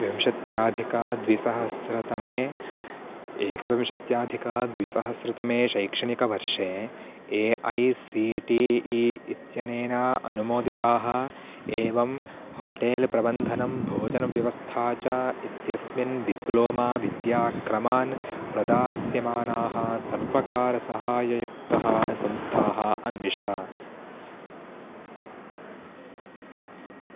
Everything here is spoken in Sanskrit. विंशत्यधिकद्विसहस्रतमे एकविंशत्यधिकद्विसहस्रतमे शैक्षणिकवर्षे A I C T E इत्यनेन अनुमोदिताः एवं होटेल् प्रबन्धं भोजनव्यवस्था च इत्यस्मिन् डिप्लोमा विद्याक्रमान् प्रदास्यमानाः सर्वकारसहाययुक्तः संस्थाः अन्विष